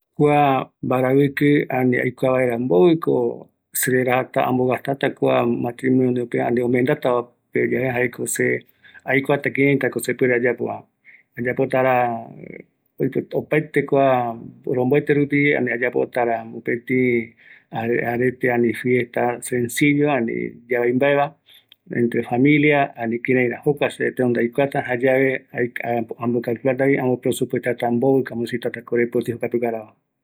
Kiua aikatu vaera ikavi öë seveguara yave, jaeko aikuata kïraïtako sekɨreɨ öë kua arete supe, ikaviguera, ani mbaetɨtara, kuare ayapota jare aikuata mbovɨko aipotata anoi korepoti